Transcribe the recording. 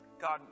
God